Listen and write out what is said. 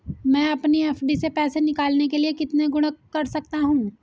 मैं अपनी एफ.डी से पैसे निकालने के लिए कितने गुणक कर सकता हूँ?